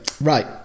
right